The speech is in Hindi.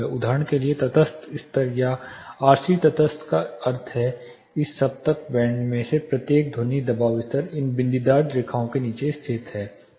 उदाहरण के लिए तटस्थ स्तर या आरसी तटस्थ का अर्थ है इस सप्तक बैंड में से प्रत्येक ध्वनि दबाव स्तर इन बिंदीदार रेखाओं के नीचे स्थित हैं